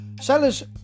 Sellers